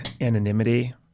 anonymity